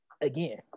Again